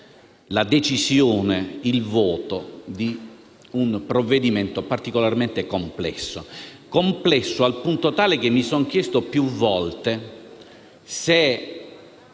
la decisione e il voto su un provvedimento particolarmente complesso. Complesso al punto tale che mi sono chiesto più volte se